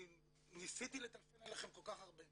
אני ניסיתי לטלפן אליכם כל כך הרבה,